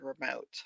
remote